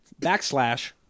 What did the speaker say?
backslash